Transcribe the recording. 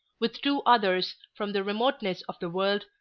with two others, from the remotenesses of the world,